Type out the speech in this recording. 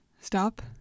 stop